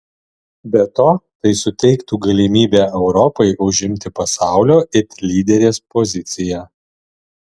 be to tai suteiktų galimybę europai užimti pasaulio it lyderės poziciją